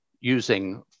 using